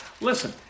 listen